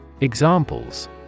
Examples